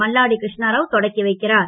மல்லாடி கிருஷ்ணராவ் தொடக்கி வைக்கிறார்